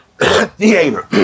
theater